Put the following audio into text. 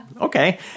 Okay